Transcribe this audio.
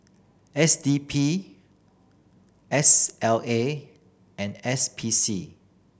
S D P S L A and S P C